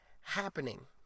happening